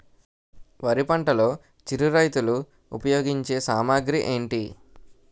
వరి పంటలో చిరు రైతులు ఉపయోగించే సామాగ్రి ఏంటి?